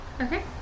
Okay